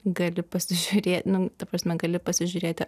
gali pasižiūrė nu ta prasme gali pasižiūrėti